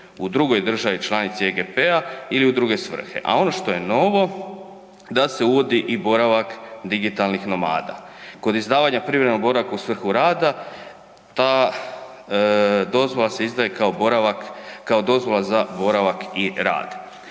u drugoj državi članici EGP-a ili u druge svrhe. A ono što je novo da se uvodi i boravak digitalnih nomada. Kod izdavanja privremenog boravka u svrhu rada ta dozvola se izdaje kao boravak, kao dozvola za boravak i rad.